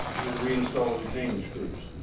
and then reinstall the retaining screws.